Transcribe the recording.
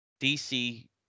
DC